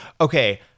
okay